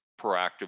proactive